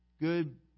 Good